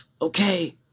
okay